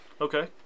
Okay